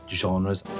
genres